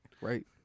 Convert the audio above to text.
Right